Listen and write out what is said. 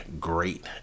great